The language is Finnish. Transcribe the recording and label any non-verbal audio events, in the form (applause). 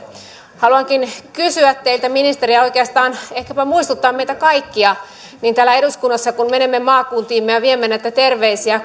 haluankin kysyä teiltä ministeri ja oikeastaan ehkäpä muistuttaa meitä kaikkia niin täällä eduskunnassa kun menemme maakuntiimme ja viemme näitä terveisiä (unintelligible)